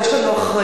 יש לנו אחריות,